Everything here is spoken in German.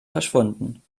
verschwunden